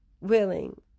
willing